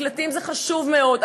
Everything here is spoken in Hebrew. מקלטים זה חשוב מאוד,